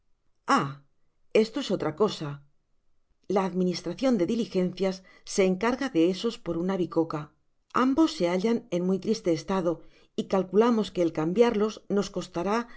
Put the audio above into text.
ah esto es otra cosa la administracion de diligencias se encarga de esos por una biscoca ambos se hallan en muy triste estado y calculamos que el cambiarlos nos costará